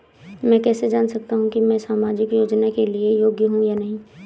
मैं कैसे जान सकता हूँ कि मैं सामाजिक योजना के लिए योग्य हूँ या नहीं?